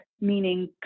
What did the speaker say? meaning